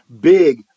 big